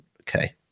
okay